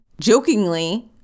jokingly